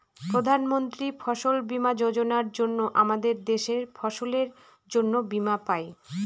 প্রধান মন্ত্রী ফসল বীমা যোজনার জন্য আমাদের দেশের ফসলের জন্যে বীমা পাই